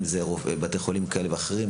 אם זה בתי חולים כאלה ואחרים.